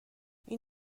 این